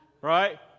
Right